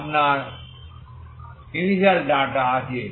এবং আপনার initial data আছে